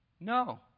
No